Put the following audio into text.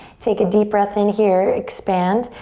take a deep breath in here, expand.